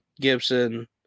Gibson